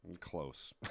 Close